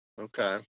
Okay